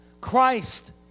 Christ